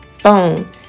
phone